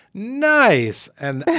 nice. and